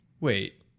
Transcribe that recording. wait